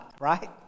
right